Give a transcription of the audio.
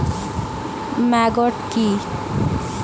Maggot কি?